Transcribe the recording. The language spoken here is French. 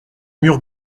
murs